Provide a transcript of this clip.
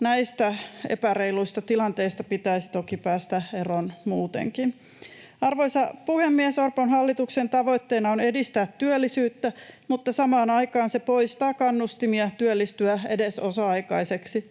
Näistä epäreiluista tilanteista pitäisi toki päästä eroon muutenkin. Arvoisa puhemies! Orpon hallituksen tavoitteena on edistää työllisyyttä, mutta samaan aikaan se poistaa kannustimia työllistyä edes